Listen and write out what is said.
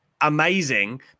amazing